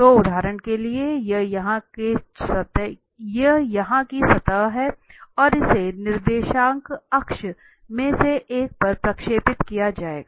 तो उदाहरण के लिए यह यहां की सतह है और इसे निर्देशांक अक्ष में से एक पर प्रक्षेपित किया जाएगा